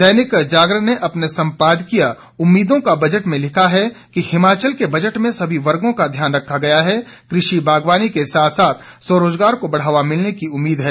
दैनिक जागरण ने अपने संपादकीय उम्मीदों का बजट में लिखा है हिमाचल के बजट में सभी वर्गों का ध्यान रखा गया है कृषि बागवानी के साथ साथ स्वरोजगार को बढ़ावा मिलने की उम्मीद है